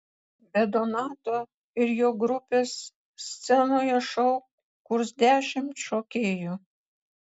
be donato ir jo grupės scenoje šou kurs dešimt šokėjų